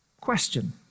Question